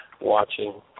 watching